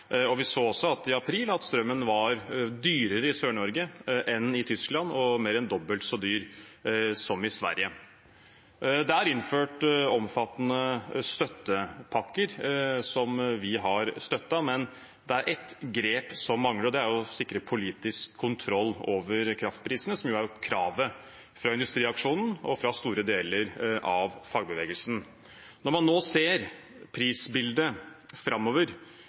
Vi så også i april at strømmen var dyrere i Sør-Norge enn i Tyskland og mer enn dobbelt så dyr som i Sverige. Det er innført omfattende støttepakker, som vi har støttet, men det er ett grep som mangler. Det er å sikre politisk kontroll over kraftprisene, som er kravet fra Industriaksjonen og store deler av fagbevegelsen. Når man nå ser prisbildet framover,